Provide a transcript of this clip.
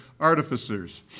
artificers